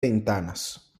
ventanas